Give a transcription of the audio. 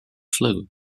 flu